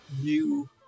new